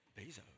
Bezos